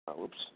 Oops